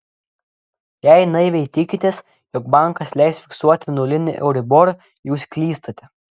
jei naiviai tikitės jog bankas leis fiksuoti nulinį euribor jūs klystate